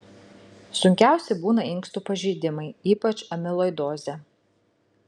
sunkiausi būna inkstų pažeidimai ypač amiloidozė